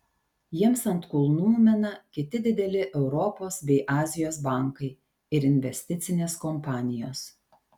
jiems ant kulnų mina kiti dideli europos bei azijos bankai ir investicinės kompanijos